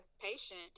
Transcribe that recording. patient